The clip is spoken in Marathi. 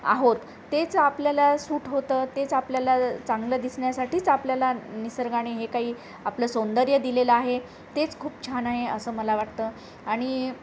आहोत तेच आपल्याला सूट होतं तेच आपल्याला चांगलं दिसण्यासाठीच आपल्याला निसर्गाने हे काही आपलं सौंदर्य दिलेलं आहे तेच खूप छान आहे असं मला वाटतं आणि